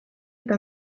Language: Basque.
edo